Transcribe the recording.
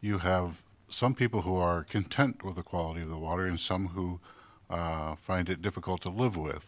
you have some people who are content with the quality of the water and some who find it difficult to live with